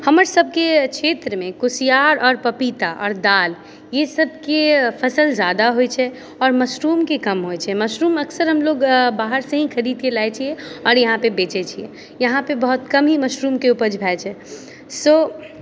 हमरसबके क्षेत्रमे कुसियार आओर पपीता आओर दाल ई सबके फसल जादा होइ छै आओर मशरूमके कम होइ छै मशरूम अक्सर हमलोग बाहर से ही खरीदके लाए छियै आओर यहाँपे बेचै छियै यहाँपे बहुत कम ही मशरूमके उपज भए छै सो